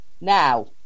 Now